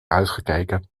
uitgekeken